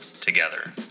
together